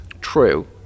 True